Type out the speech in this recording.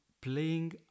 playing